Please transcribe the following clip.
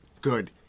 Good